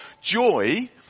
joy